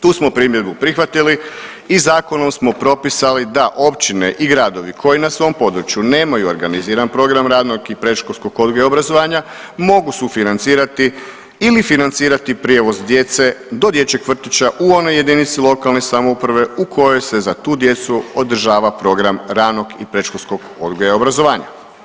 Tu smo primjedbu prihvatili i zakonom smo propisali da općine i gradovi koji na svom području nemaju organiziran program ranog i predškolskog odgoja i obrazovanja mogu sufinancirati ili financirati prijevoz djece do dječjeg vrtića u onoj jedinici lokalne samouprave u kojoj se za tu djecu održava program ranog i predškolskog odgoja i obrazovanja.